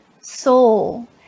soul